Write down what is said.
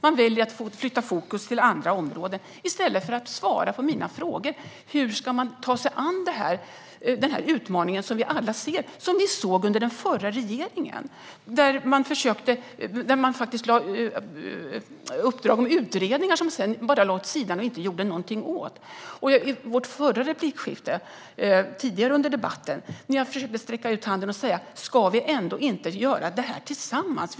Han väljer att flytta fokus till andra områden i stället för att svara på mina frågor. Hur ska vi ta oss an denna utmaning som vi alla ser och som vi såg under den förra regeringen? Man gav uppdrag om utredningar som man sedan bara lade åt sidan och inte gjorde någonting åt. I ett replikskifte tidigare under debatten försökte jag sträcka ut handen och sa: Ska vi ändå inte göra det här tillsammans?